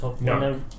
No